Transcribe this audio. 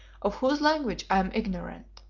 of whose language i am ignorant.